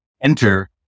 Enter